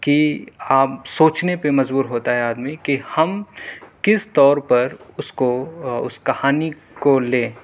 کہ آپ سوچنے پہ مجبور ہوتا ہے آدمی کہ ہم کس طور پر اس کو اس کہانی کو لیں